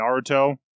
Naruto